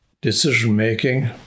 decision-making